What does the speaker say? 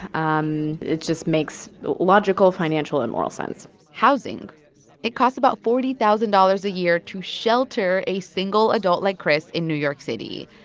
um it just makes logical financial and moral sense housing it costs about forty thousand dollars a year to shelter a single adult like chris in new york city.